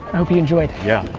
hope you enjoyed. yeah,